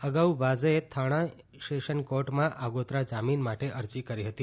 અગાઉ વાજેએ થાણે સેશન્સ કોર્ટમાં આગોતરા જામીન માટે અરજી કરી હતી